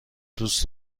دوست